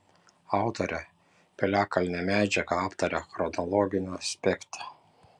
autorė piliakalnio medžiagą aptaria chronologiniu aspektu